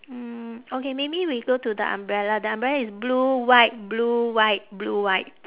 mm okay maybe we go to the umbrella the umbrella is blue white blue white blue white